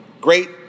Great